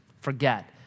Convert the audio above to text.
forget